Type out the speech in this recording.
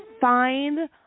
find